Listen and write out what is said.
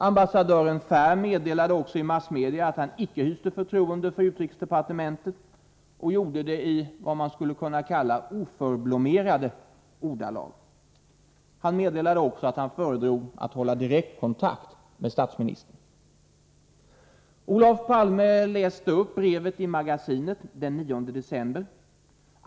Ambassadören Ferm meddelade också i massmedia att han icke hyste förtroende för UD och gjorde det i vad man skulle kunna kalla oförblommerade ordalag. Han meddelade också att han föredrog att hålla direktkontakt med statsministern. Olof Palme läste upp brevet i Magasinet den 9 december.